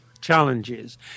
challenges